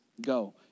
go